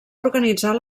organitzar